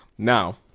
Now